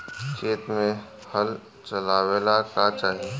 खेत मे हल चलावेला का चाही?